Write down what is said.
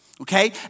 Okay